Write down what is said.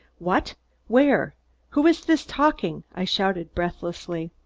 what where who is this talking? i shouted breathlessly.